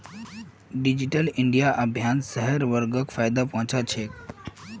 digital India अभियान स हर वर्गक फायदा पहुं च छेक